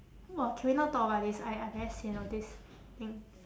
!wah! can we not talk about this I I very sian of this thing